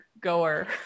goer